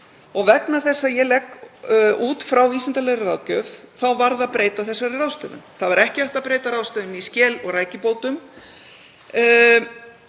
og vegna þess að ég legg út frá vísindalegri ráðgjöf varð að breyta þeirri ráðstöfun. Það var ekki hægt að breyta ráðstöfun í skel- og rækjubótum